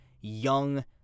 young